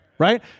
right